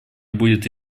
будет